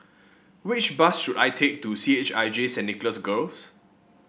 which bus should I take to C H I J Saint Nicholas Girls